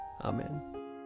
Amen